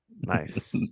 Nice